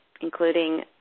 including